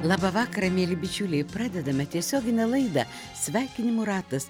labą vakarą mieli bičiuliai pradedame tiesioginę laidą sveikinimų ratas